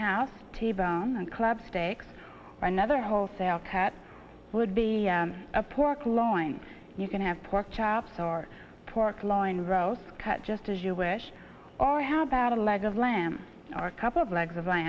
house t bone and club steaks another wholesale cat would be a pork loin you can have pork chops or pork loin rolls cut just as you wish or how about a leg of lamb or a couple of legs